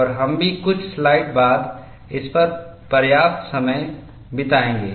और हम भी कुछ स्लाइड बाद इस पर पर्याप्त समय बिताएंगे